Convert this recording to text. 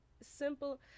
simple